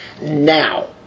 Now